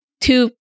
two